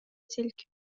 تلك